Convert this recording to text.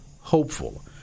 hopeful